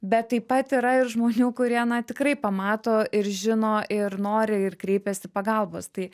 bet taip pat yra ir žmonių kurie na tikrai pamato ir žino ir nori ir kreipiasi pagalbos tai